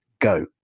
go